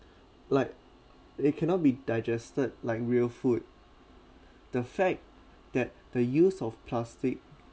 like it cannot be digested like real food the fact that the use of plastic